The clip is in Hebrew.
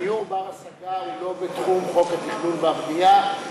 דיור בר-השגה הוא לא בתחום חוק התכנון והבנייה,